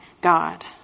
God